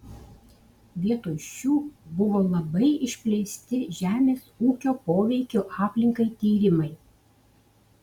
vietoj šių buvo labai išplėsti žemės ūkio poveikio aplinkai tyrimai